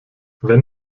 wenn